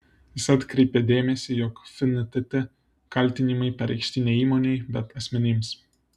jis atkreipia dėmesį jog fntt kaltinimai pareikšti ne įmonei bet asmenims